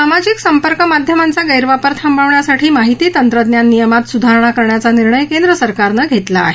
सामाजिक संपर्क माध्यमांचा गैरवापर थांबवण्यासाठी माहिती तंत्रज्ञान नियमात सुधारणा करण्याचा निर्णय केंद्र सरकारनं घेतला आहे